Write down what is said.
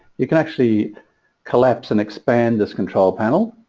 you can actually collapse and expand this control panel